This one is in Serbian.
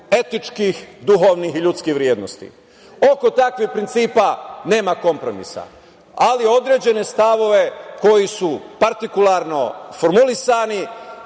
etičkih, duhovnih i ljudskih vrednosti. Oko takvih principa nema kompromisa, ali određene stavove koji su partikularno formulisani